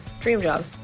DreamJob